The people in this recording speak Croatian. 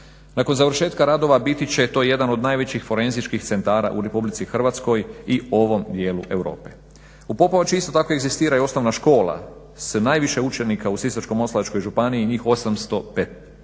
Nakon završetka radova biti će to jedan od najvećih forenzičkih centara u RH i ovom dijelu Europe. U Popovači isto tako egzistira i osnovna škola s najviše učenika u Sisačko-moslavačkoj županiji, njih 850.